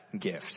gift